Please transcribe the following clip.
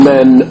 Men